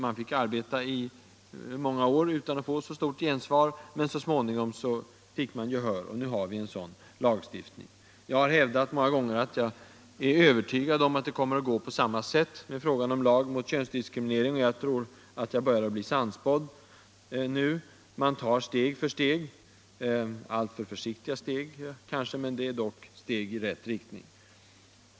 De fick arbeta i många år utan att möta något starkt gensvar, men så småningom fick man i alla fall gehör, och nu har vi en sådan lagstiftning. Jag har många gånger hävdat att det kommer att gå på samma sätt med frågan om lag mot könsdiskriminering. Jag tror att jag nu börjar bli sannspådd. Man tar steg för steg — alltför försiktiga steg kanske, men dock steg — I rätt riktning.